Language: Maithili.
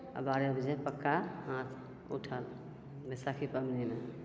आओर बारह बजे पक्का हाथ उठल बैसाखी पबनीमे